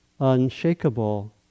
unshakable